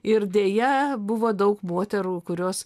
ir deja buvo daug moterų kurios